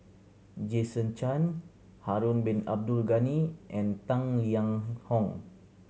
Jason Chan Harun Bin Abdul Ghani and Tang Liang Hong